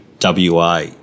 WA